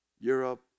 Europe